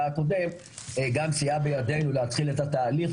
הקודם גם סייעה בידינו להתחיל את התהליך,